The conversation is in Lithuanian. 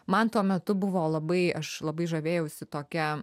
man tuo metu buvo labai aš labai žavėjausi tokia